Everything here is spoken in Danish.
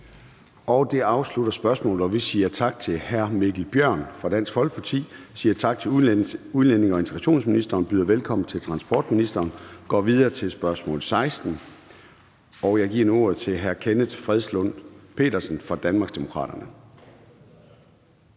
Det afslutter spørgsmålet, og vi siger tak til hr. Mikkel Bjørn fra Dansk Folkeparti og siger tak til udlændinge- og integrationsministeren. Vi byder velkommen til transportministeren og går videre til spørgsmål 16. Kl. 14:16 Spm. nr. S 261 16) Til transportministeren